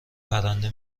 پرنده